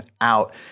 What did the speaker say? out